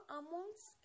amongst